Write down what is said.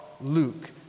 Luke